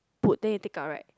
put then you take out right